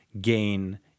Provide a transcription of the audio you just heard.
gain